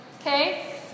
Okay